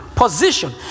position